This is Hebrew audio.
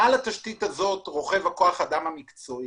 מעל התשתית הזאת נמצא כוח האדם המקצועי.